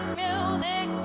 music